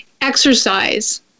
Exercise